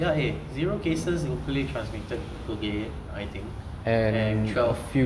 ya eh zero cases locally transmitted today I think and twelve